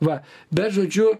va bet žodžiu